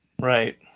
right